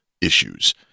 issues